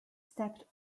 stepped